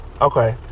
Okay